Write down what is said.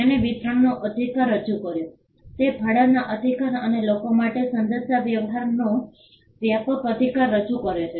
તેણે વિતરણનો અધિકાર રજૂ કર્યો તે ભાડાનો અધિકાર અને લોકો માટે સંદેશાવ્યવહારનો વ્યાપક અધિકાર રજૂ કરે છે